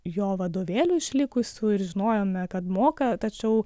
jo vadovėlių išlikusių ir žinojome kad moka tačiau